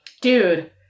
Dude